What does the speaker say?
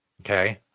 okay